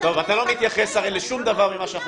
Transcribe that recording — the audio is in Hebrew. אתה לא מתייחס לשום דבר ממה שאנחנו